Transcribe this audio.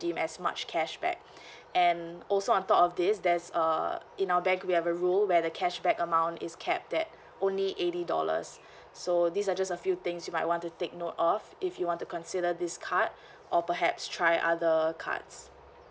as much cashback and also on top of this there's err in our bank we have a rule where the cashback amount is capped at only eighty dollars so these are just a few things you might want to take note of if you want to consider this card or perhaps try other cards